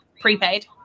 prepaid